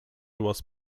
was